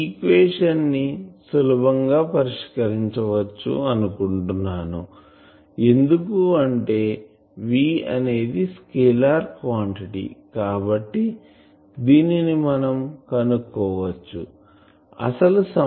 ఈ ఈక్వేషన్ ని సులభం గా పరిష్కరించవచ్చు అనుకుంటున్నాను ఎందుకంటే V అనేది స్కేలార్ క్వాంటిటీ కాబట్టి దీనిని మనం కనుకోవచ్చు ఆసలు